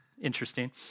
interesting